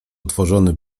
otworzony